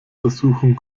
versuchung